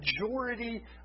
majority